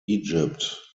egypt